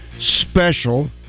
special